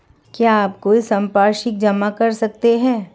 क्या आप कोई संपार्श्विक जमा कर सकते हैं?